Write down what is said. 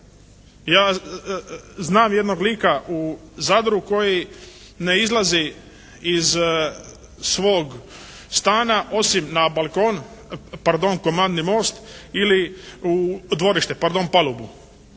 Ja znam jednog lika u Zadru koji ne izlazi iz svog stana osim na balkon, pardon komandni most ili u dvorište, pardon palubu.